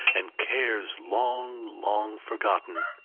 and cares long, long, forgotten!